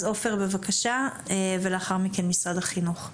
אז עופר בבקשה, ולאחר מכן משרד החינוך.